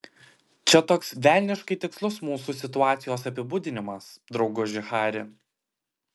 čia toks velniškai tikslus mūsų situacijos apibūdinimas drauguži hari